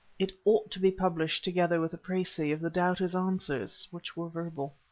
it ought to be published together with a precis of the doubter's answers, which were verbal.